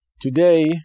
Today